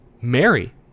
Mary